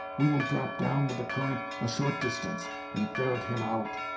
we will drop down with the current a short distance, and ferret him out.